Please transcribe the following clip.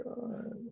God